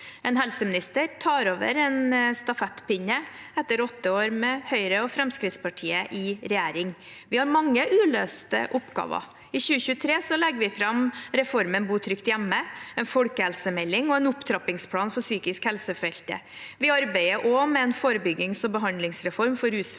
En helseminister tar over en stafettpinne etter åtte år med Høyre og Fremskrittspartiet i regjering. Vi har mange uløste oppgaver. I 2023 legger vi fram en bo trygt hjemme-reform, en folkehelsemelding og en opptrappingsplan for psykisk helse-feltet. Vi arbeider også med en forebyggings- og behandlingsreform for rusfeltet.